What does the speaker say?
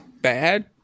bad